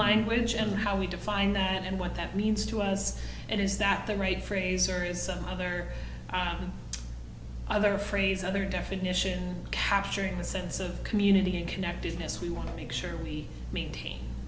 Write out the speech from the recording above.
language and how we define that and what that means to us and is that the right fraser is some other other phrase other definition capturing the sense of community and connectedness we want to make sure we maintain